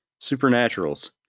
supernaturals